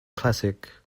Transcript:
classic